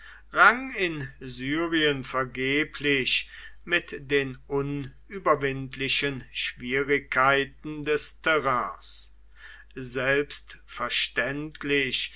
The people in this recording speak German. rang in syrien vergeblich mit den unüberwindlichen schwierigkeiten des terrains selbstverständlich